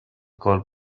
called